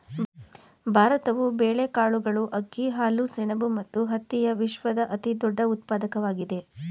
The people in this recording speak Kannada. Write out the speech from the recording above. ಭಾರತವು ಬೇಳೆಕಾಳುಗಳು, ಅಕ್ಕಿ, ಹಾಲು, ಸೆಣಬು ಮತ್ತು ಹತ್ತಿಯ ವಿಶ್ವದ ಅತಿದೊಡ್ಡ ಉತ್ಪಾದಕವಾಗಿದೆ